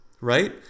right